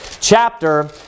chapter